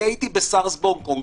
הייתי בסרס בהונג קונג.